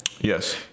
Yes